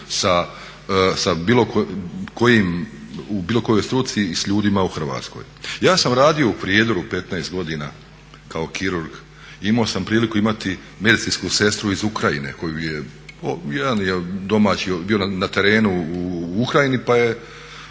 na tom jeziku u bilo kojoj struci i s ljudima u Hrvatskoj. Ja sam radio u Prijedoru 15 godina kao kirurg, imao sam priliku imati medicinsku sestru iz Ukrajine koju je … bio na terenu u Ukrajini pa su